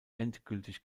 endgültig